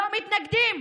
לא מתנגדים,